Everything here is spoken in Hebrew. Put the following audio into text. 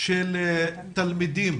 של תלמידים